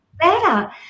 better